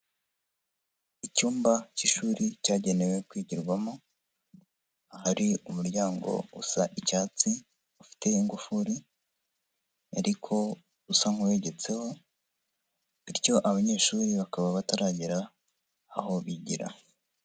Icyumba cy'ishuri cyagenewe kwigirwamo, ahari umuryango usa icyatsi ufiteho ingufuri ariko usa nk'uwegetseho, bityo abanyeshuri bakaba bataragera aho bigira.